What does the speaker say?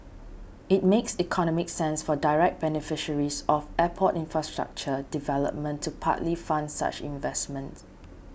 it makes economic sense for direct beneficiaries of airport infrastructure development to partly fund such investments